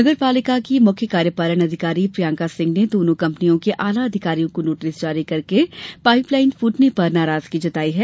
नगर पालिका की मुख्य कार्यपालन अधिकारी प्रियंका सिंह ने दोनों कंपनियों के आला अधिकारियों को नोटिस जारी करके पाइप लाइन फूटने पर नाराजगी जताई है